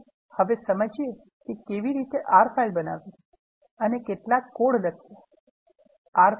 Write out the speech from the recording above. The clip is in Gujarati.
ચાલો હવે સમજવીએ કે કેવી રીતે R ફાઇલ બનાવવી અને કેટલાક કોડ લખીયે